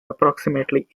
approximately